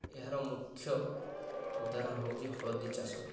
ଏହାର ମୁଖ୍ୟ ଉଦାହରଣ ହେଉଛି ହଳଦୀ ଚାଷ